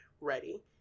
ready